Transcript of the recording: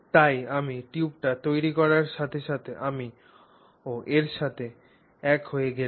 তাই আমি টিউবটি তৈরি করার সাথে সাথে আমি ও এর সাথে এক হয়ে গেলাম